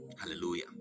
Hallelujah